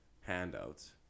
handouts